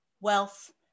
wealth